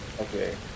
Okay